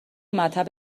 مطب